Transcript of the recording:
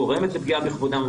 גורמת לפגיעה בכבודם,